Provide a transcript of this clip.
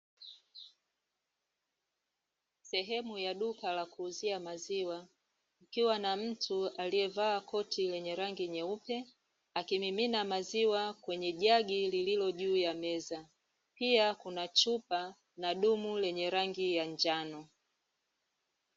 Sehemu ya duka la kuuzia maziwa, likiwa na mtu aliyevaa koti lenye rangi nyeupe, akimimina maziwa kwenye jagi lililojuu ya meza. Pia kuna chupa na dumu lenye rangi ya njano.